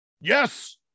Yes